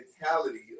mentality